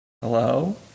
hello